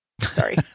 sorry